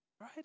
right